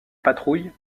patrouille